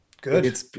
Good